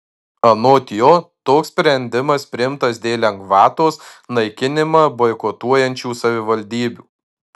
anot jo toks sprendimas priimtas dėl lengvatos naikinimą boikotuojančių savivaldybių